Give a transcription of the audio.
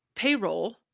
payroll